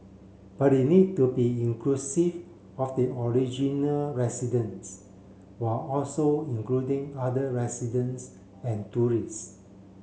but it need to be inclusive of the original residents while also including other residents and tourists